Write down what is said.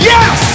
Yes